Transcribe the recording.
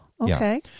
okay